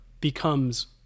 becomes